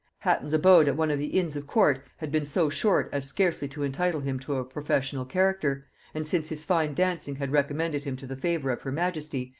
hatton's abode at one of the inns of court had been so short as scarcely to entitle him to a professional character and since his fine dancing had recommended him to the favor of her majesty,